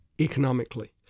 economically